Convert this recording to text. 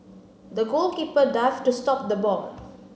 the goalkeeper dived to stop the ball